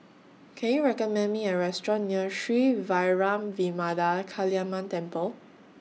Can YOU recommend Me A Restaurant near Sri Vairavimada Kaliamman Temple